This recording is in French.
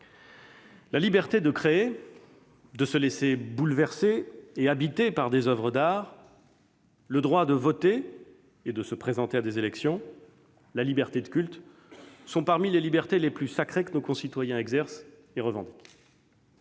La liberté de créer, de se laisser bouleverser et habiter par des oeuvres d'art, le droit de voter et de se présenter à des élections, la liberté de culte sont parmi les libertés les plus sacrées que nos concitoyens exercent et revendiquent.